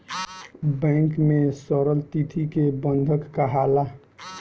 bank में रखल थाती के बंधक काहाला